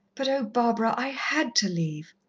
but, oh, barbara! i had to leave!